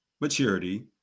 maturity